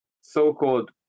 so-called